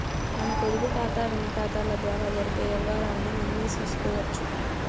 మన పొదుపుకాతా, రుణాకతాల ద్వారా జరిపే యవ్వారాల్ని మనమే సూసుకోవచ్చు